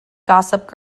gossip